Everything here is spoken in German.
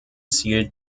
ziel